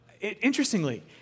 interestingly